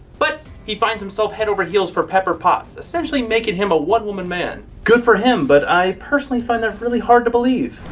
but he finds himself head over heels for pepper potts, essentially making him a one-woman man. good for him, but i personally find that really hard to believe.